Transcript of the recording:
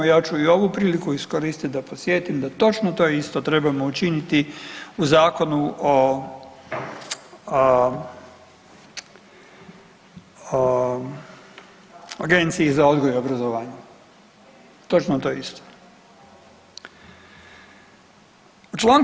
Ja ću i ovu priliku iskoristiti da podsjetim da točno to isto trebamo učiniti u Zakonu o agenciji za odgoj i obrazovanje, točno to isto.